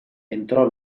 entrò